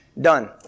done